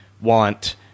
want